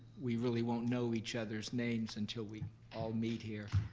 we really won't know each other's names until we all meet here,